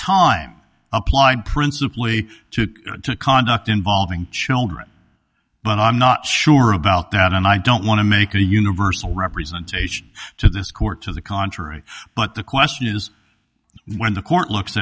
time applied principally to conduct involving children but i'm not sure about that and i don't want to make a universal representation to this court to the contrary but the question is when the court looks